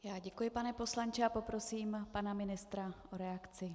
Já děkuji, pane poslanče, a poprosím pana ministra o reakci.